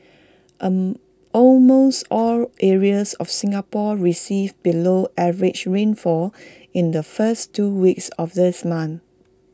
almost all areas of Singapore received below average rainfall in the first two weeks of this month